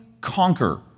conquer